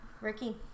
Ricky